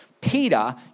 Peter